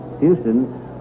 Houston